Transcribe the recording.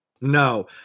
no